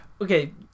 okay